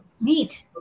Neat